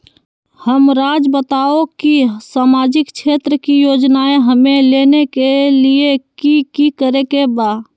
हमराज़ बताओ कि सामाजिक क्षेत्र की योजनाएं हमें लेने के लिए कि कि करे के बा?